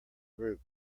group